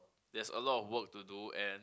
there's a lot of work to do and